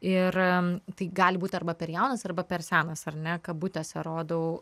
ir tai gali būti arba per jaunas arba per senas ar ne kabutėse rodau